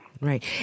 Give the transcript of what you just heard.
Right